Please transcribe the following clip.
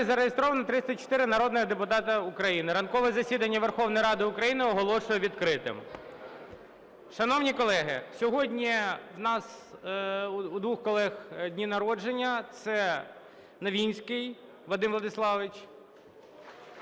зареєстровано 304 народних депутати України. Ранкове засідання Верховної Ради України оголошую відкритим. Шановні колеги, сьогодні у нас у двох колег дні народження – це Новинський Вадим Владиславович